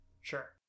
Sure